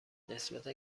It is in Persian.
نسبتا